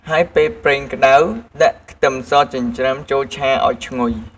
ហើយពេលប្រេងក្តៅ ដាក់ខ្ទឹមសចិញ្ច្រាំចូលឆាឱ្យឈ្ងុយ។